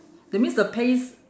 that means the paste